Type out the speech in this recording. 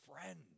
friend